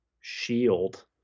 Shield